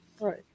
right